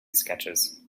sketches